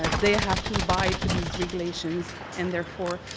ah they have to abide to these regulations and therefore,